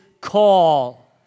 call